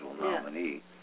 nominee